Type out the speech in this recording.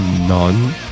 None